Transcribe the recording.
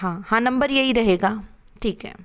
हाँ हाँ नंबर यही रहेगा हाँ ठीक है